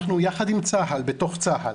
אנחנו יחד עם צה"ל, בתוך צה"ל,